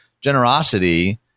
generosity